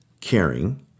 caring